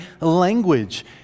language